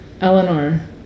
Eleanor